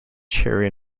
cherry